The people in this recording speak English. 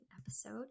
episode